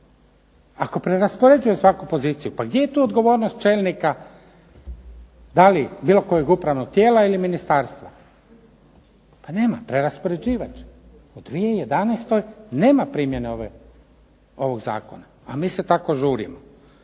Ako preraspoređuje svaku poziciju, pa gdje je tu odgovornost čelnika da li bilo kojeg upravnog tijela ili ministarstva? Pa nema, preraspoređivati će u 2011. nema primjene ovog zakona, a mi se tako žurimo.